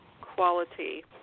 quality